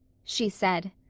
she said.